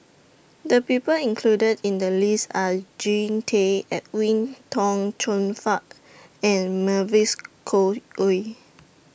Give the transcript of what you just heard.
The People included in The list Are Jean Tay Edwin Tong Chun Fai and Mavis Khoo Oei